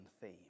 theme